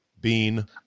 Bean